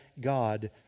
God